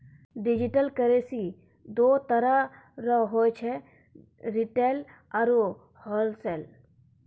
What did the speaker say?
digital currency दो तरह रो हुवै छै रिटेल आरू होलसेल